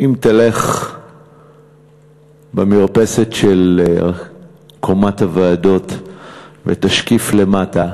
אם תלך במרפסת של קומת הוועדות ותשקיף למטה